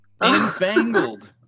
Infangled